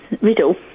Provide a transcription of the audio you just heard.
riddle